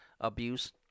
abuse